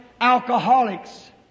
alcoholics